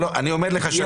אני אומר לך,